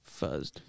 Fuzzed